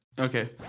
okay